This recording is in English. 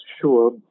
sure